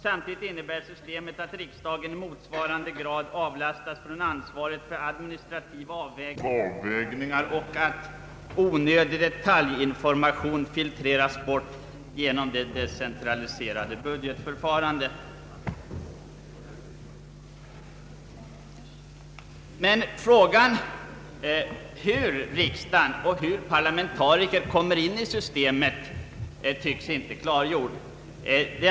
Samtidigt innebär systemet att ”riksdagen i motsvarande grad avlastas från ansvaret för administrativa avvägningar och att onödig detaljinformation filtreras bort genom det decentraliserade budgetförfarandet”. Men frågan hur riksdagen och hur parlamentarikerna kommer in i systemet tycks inte klargjord.